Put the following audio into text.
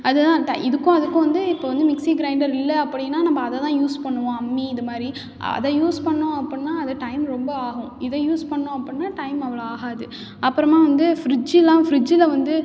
அது தான் டை இதுக்கும் அதுக்கும் வந்து இப்போ வந்து மிக்ஸி க்ரைண்டர் இல்லை அப்படின்னா நம்ம அதை தான் யூஸ் பண்ணுவோம் அம்மி இது மாதிரி அதை யூஸ் பண்ணோம் அப்புடின்னா அது டைம் ரொம்ப ஆகும் இதை யூஸ் பண்ணோம் அப்புடின்னா டைம் அவ்வளோ ஆகாது அப்புறமாக வந்து ஃப்ரிட்ஜிலாம் ஃப்ரிட்ஜில் வந்து